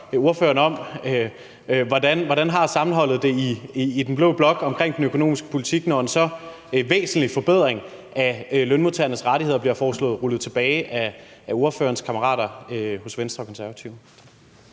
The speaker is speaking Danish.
ordføreren om, hvordan sammenholdet har det i den blå blok i forhold til den økonomiske politik, når en så væsentlig forbedring af lønmodtagernes rettigheder bliver foreslået rullet tilbage af ordførerens kammerater hos Venstre og Konservative.